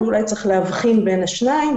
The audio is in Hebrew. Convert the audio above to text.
ואולי צריך להבחין בין השניים,